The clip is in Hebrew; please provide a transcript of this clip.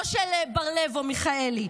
לא של בר לב או מיכאלי,